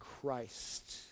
Christ